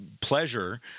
pleasure